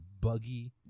buggy